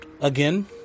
again